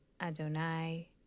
adonai